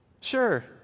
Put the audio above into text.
Sure